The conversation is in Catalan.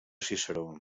ciceró